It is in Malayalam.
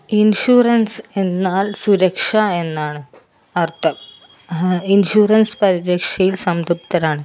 ഇൻഷൂറൻസ് എന്നാൽ സുരക്ഷ എന്നാണ് അർത്ഥം ഇൻഷൂറൻസ് പരിരക്ഷയിൽ സംതൃപ്തരാണ്